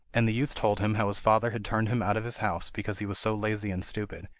and the youth told him how his father had turned him out of his house because he was so lazy and stupid,